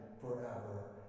forever